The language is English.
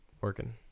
working